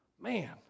Man